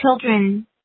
children